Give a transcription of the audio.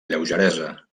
lleugeresa